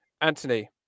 Anthony